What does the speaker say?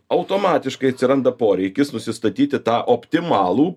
automatiškai atsiranda poreikis nusistatyti tą optimalų